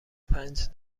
پنج